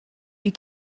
you